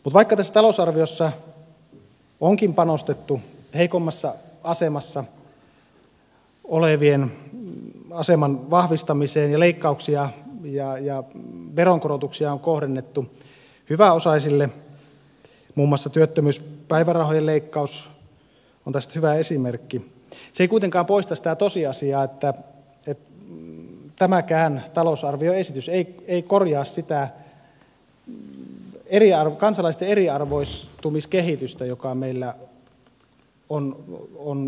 vaikka tässä talousarviossa onkin panostettu heikommassa asemassa olevien aseman vahvistamiseen ja leikkauksia ja veronkorotuksia on kohdennettu hyväosaisille muun muassa työttömyyspäivärahojen leikkaus on tästä hyvä esimerkki se ei kuitenkaan poista sitä tosiasiaa että tämäkään talousarvioesitys ei korjaa sitä kansalaisten eriarvoistumiskehitystä joka meillä on vallalla